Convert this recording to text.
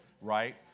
right